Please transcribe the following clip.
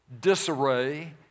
disarray